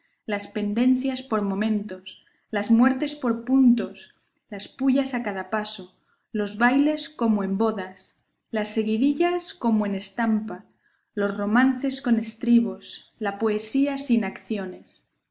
las pendencias por momentos las muertes por puntos las pullas a cada paso los bailes como en bodas las seguidillas como en estampa los romances con estribos la poesía sin acciones